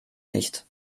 nicht